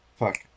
Fuck